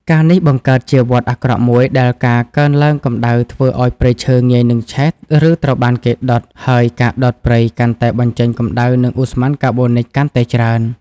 ការណ៍នេះបង្កើតជាវដ្តអាក្រក់មួយ ដែលការកើនឡើងកម្ដៅធ្វើឱ្យព្រៃឈើងាយនឹងឆេះ ឬត្រូវបានគេដុត ហើយការដុតព្រៃកាន់តែបញ្ចេញកម្ដៅ និងឧស្ម័នកាបូនិចកាន់តែច្រើន។